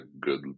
good